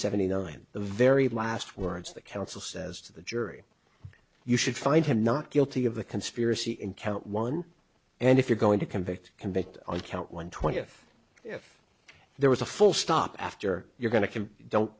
seventy nine the very last words that counsel says to the jury you should find him not guilty of the conspiracy in count one and if you're going to convict convict on count one twentieth if there was a full stop after you're going to